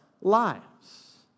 lives